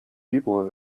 people